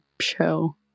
show